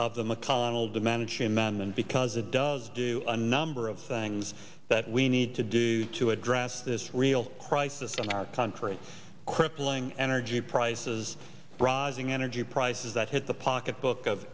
of the mcconnell domenici and then because it does do a number of things that we need to do to address this real crisis in our country crippling energy prices rising energy prices that hit the pocketbook of